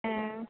ஆ